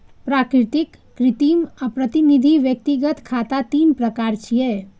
प्राकृतिक, कृत्रिम आ प्रतिनिधि व्यक्तिगत खाता तीन प्रकार छियै